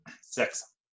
Six